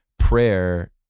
Prayer